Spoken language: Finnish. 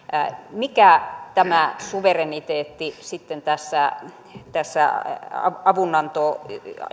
mikä tämä suvereniteetti sitten tässä tässä avunanto